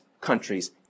countries